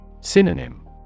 Synonym